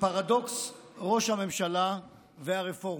פרדוקס ראש הממשלה והרפורמה,